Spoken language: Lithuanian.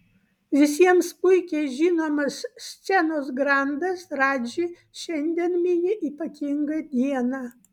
visiems puikiai žinomas scenos grandas radži šiandien mini ypatingą dieną